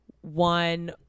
one